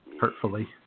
hurtfully